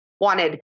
wanted